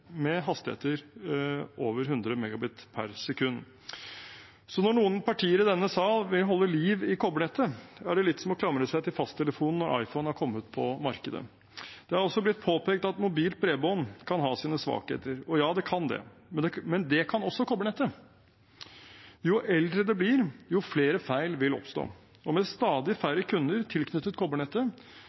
med hastigheter over 100 Mbit/s. Så når noen partier i denne sal vil holde liv i kobbernettet, er det litt som å klamre seg til fasttelefonen når iPhone er kommet på markedet. Det er også blitt påpekt at mobilt bredbånd kan ha sine svakheter. Ja, det kan det, men det kan også kobbernettet. Jo eldre det blir, jo flere feil vil oppstå, og med stadig færre kunder tilknyttet